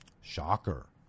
Shocker